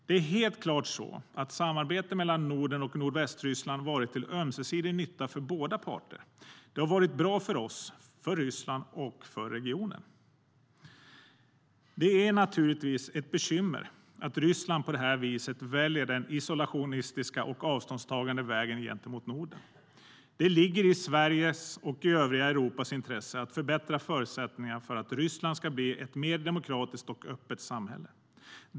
Det är helt klart att samarbetet mellan Norden och Nordvästryssland varit till ömsesidig nytta för båda parter. Det har varit bra för oss, för Ryssland och för regionen. Det är naturligtvis ett bekymmer att Ryssland på det här viset väljer den isolationistiska och avståndstagande vägen gentemot Norden. Det ligger i Sveriges och övriga Europas intresse att förbättra förutsättningarna för att Ryssland ska bli ett mer demokratiskt och öppet samhälle.